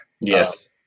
yes